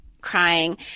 crying